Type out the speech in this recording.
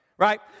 Right